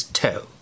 toe